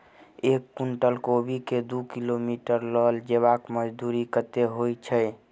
एक कुनटल कोबी केँ दु किलोमीटर लऽ जेबाक मजदूरी कत्ते होइ छै?